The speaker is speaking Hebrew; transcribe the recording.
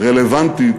רלוונטית